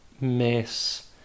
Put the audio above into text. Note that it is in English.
miss